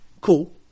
cool